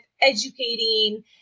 educating